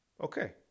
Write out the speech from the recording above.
Okay